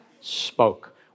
spoke